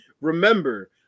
remember